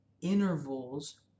intervals